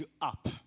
up